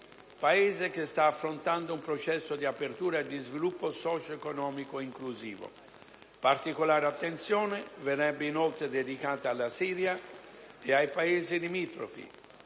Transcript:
Paese che sta affrontando un processo di apertura e di sviluppo socio-economico inclusivo. Particolare attenzione verrebbe inoltre dedicata alla Siria e ai Paesi limitrofi,